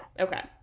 Okay